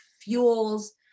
fuels